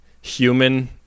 human